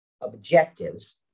objectives